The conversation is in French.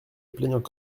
plaignent